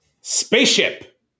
Spaceship